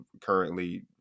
currently